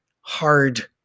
hard